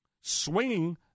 swinging